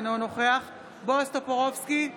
אינו נוכח בועז טופורובסקי,